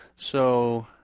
so,